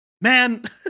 man